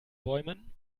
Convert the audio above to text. bäumen